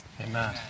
Amen